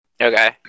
Okay